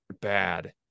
bad